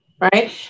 Right